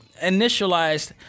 initialized